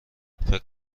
فکر